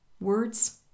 words